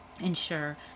ensure